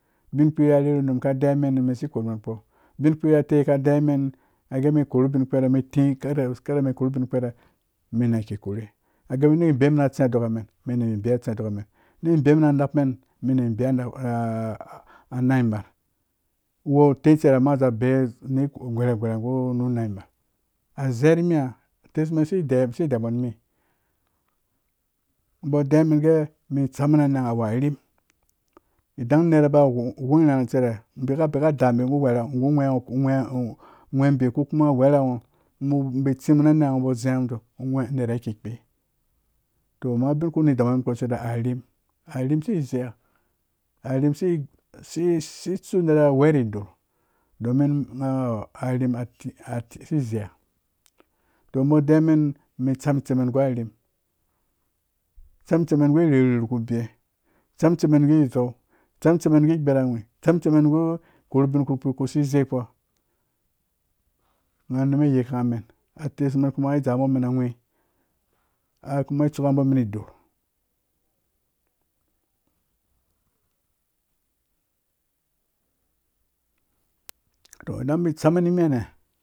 Ubin kpi atei ka deiwa men gee men tii kadamen orchu ubin kpere me na kikorhe gee niba beyimen atse a doka men niba batesmen ɛyimen anapmen men na bibɛya anã mar gwo wu tei cire za beyi ni gwerha gwerha gu nã mar, azeya ri mihã atesmen asi deiwa ubo ni mi ubo deiwa man gee men tsama ananha domin awu arim idan nera ba gwong irhãrhã ubi ka da bi gu ugweebi ko u wherha ngho nnum bai tsi mum na nangha ngha nera kpukpe to amma ubin kuni daman mun nu kpo icire arim, arim asi zeya arim asi tsu unera weya, to ubo a deiya men men tsam tsemen guarim tsam itsimen gu rhyrherhe ku bewe tsam itsimen gu iveu tsam itsi men gu gbaragwi tsam tsimen gu korhu ubcinkpi su zeikpo ngha num aiyikangha men atesmen kuma ai dzabo men agwi a kuma ai isuka bo men idor, to idan men ba tsamen nimiha